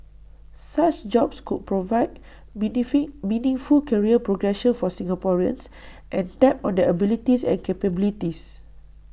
such jobs could provide benefit meaningful career progression for Singaporeans and tap on their abilities and capabilities